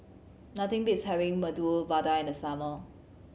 nothing beats having Medu Vada in the summer